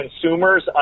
consumers